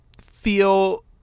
feel